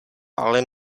ale